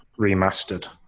remastered